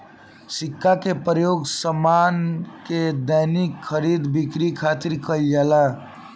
सिक्का के प्रयोग सामान के दैनिक खरीद बिक्री खातिर कईल जाला